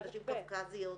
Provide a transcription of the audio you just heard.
לנשים קווקזיות.